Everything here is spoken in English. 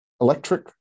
electric